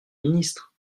ministre